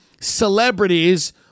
celebrities